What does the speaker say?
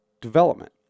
development